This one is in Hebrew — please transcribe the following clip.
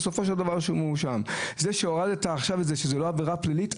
בכך שזה לא עבירה פלילית,